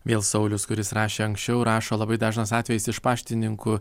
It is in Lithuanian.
vėl saulius kuris rašė anksčiau rašo labai dažnas atvejis iš paštininkų